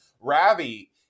Ravi